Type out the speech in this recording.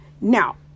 now